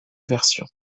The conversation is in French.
version